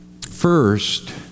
First